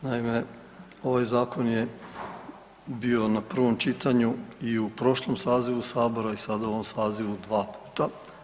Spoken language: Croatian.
Naime, ovaj zakon je bio na prvom čitanju i u prošlom sazivu Sabora i sada u ovom sazivu dva puta.